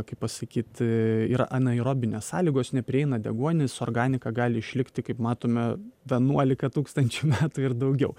kaip pasakyt yra anaerobinės sąlygos neprieina deguonis organika gali išlikti kaip matome vienuolika tūkstančių metų ir daugiau